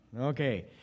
Okay